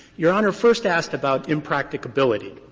your honor first asked about impracticability.